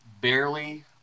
barely